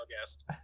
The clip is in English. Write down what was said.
guest